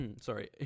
Sorry